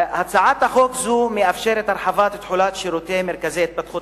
הצעת חוק זו מאפשרת הרחבה של תחולת שירותי מרכזי התפתחות